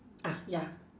ah ya